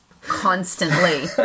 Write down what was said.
constantly